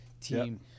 team